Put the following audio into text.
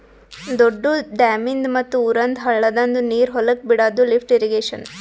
ದೊಡ್ದು ಡ್ಯಾಮಿಂದ್ ಮತ್ತ್ ಊರಂದ್ ಹಳ್ಳದಂದು ನೀರ್ ಹೊಲಕ್ ಬಿಡಾದು ಲಿಫ್ಟ್ ಇರ್ರೀಗೇಷನ್